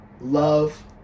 love